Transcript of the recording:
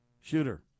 shooter